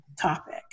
topic